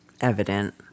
evident